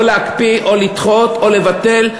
או להקפיא או לדחות או לבטל.